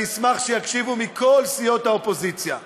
אשמח שיקשיבו מכל סיעות האופוזיציה.